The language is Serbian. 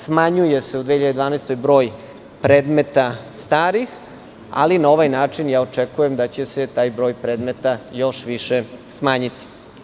Smanjuje se u 2012. godini broj starih predmeta, ali na ovaj način, očekujem da će se taj broj predmeta još više smanjiti.